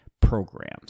programs